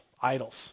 idols